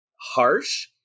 harsh